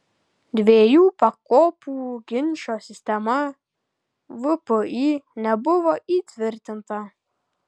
dviejų pakopų ginčo sistema vpį nebuvo įtvirtinta